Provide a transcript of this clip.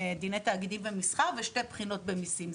בדיני תאגידים ובמסחר ושתי בחינות במיסים.